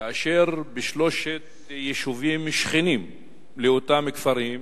כאשר בשלושה יישובים שכנים לאותם כפרים,